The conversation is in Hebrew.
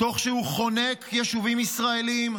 תוך שהוא חונק יישובים ישראליים,